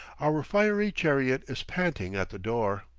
our fiery chariot is panting at the door.